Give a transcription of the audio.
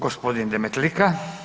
G. Demetlika.